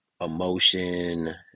emotion